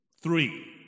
Three